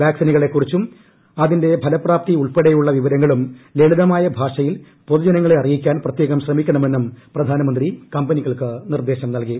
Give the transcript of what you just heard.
വാക്സിനുകളെക്കുറിച്ചും അതിന്റെ ഫലപ്രാപ്തി ഉൾപ്പെടെയുള്ള വിവരങ്ങളും ലളിതമായ ഭാഷയിൽ പൊതുജനങ്ങളെ അറിയിക്കാൻ പ്രത്യേകം ശ്രമിക്കണമെന്നും പ്രധാനമന്ത്രി കമ്പനികൾക്ക് നിർദ്ദേശം നൽകി